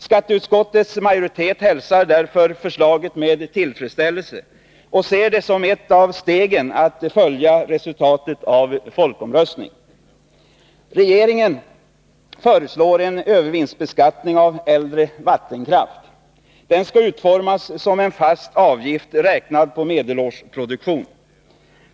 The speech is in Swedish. Skatteutskottets majoritet hälsar därför förslaget med tillfredsställelse och ser det som ett av stegen när det gäller att följa upp resultatet av folkomröstningen. Regeringen föreslår en övervinstbeskattning av äldre vattenkraft. Den skall utformas som en fast avgift räknad på medelårsproduktion.